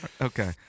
Okay